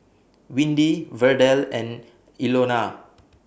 Windy Verdell and Ilona